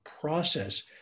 process